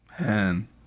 man